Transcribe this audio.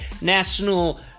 National